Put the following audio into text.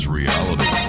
reality